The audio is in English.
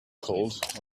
called